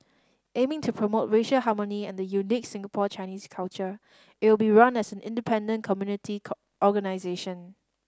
aiming to promote racial harmony and the unique Singapore Chinese culture it will be run as an independent community call organisation